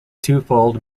twofold